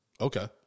Okay